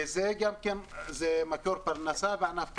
וזה מקור פרנסה וענף כלכלי,